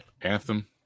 Anthem